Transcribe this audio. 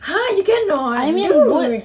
!huh! you can not dude